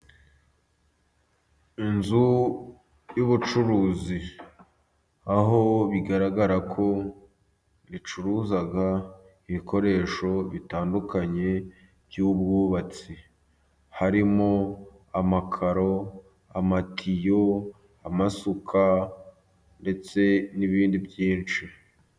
Inzu y'ubucuruzi, aho bigaragara ko bacuruza ibikoresho bitandukanye by'ubwubatsi, harimo amakaro, amatiyo, amasuka, ndetse n'ibindi byinshi.